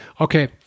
Okay